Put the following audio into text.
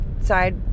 side